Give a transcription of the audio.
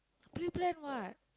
pre-plan what